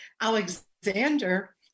Alexander